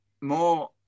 more